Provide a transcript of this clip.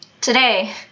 today